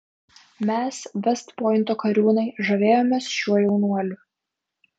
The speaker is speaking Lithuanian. mes vest pointo kariūnai žavėjomės šiuo jaunuoliu